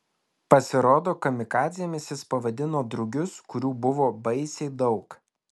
pasirodo kamikadzėmis jis pavadino drugius kurių buvo baisiai daug